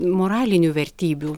moralinių vertybių